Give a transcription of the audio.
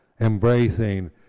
Embracing